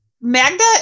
Magda